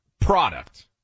product